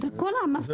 זה לא דיון.